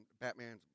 Batman's